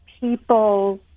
people